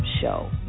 show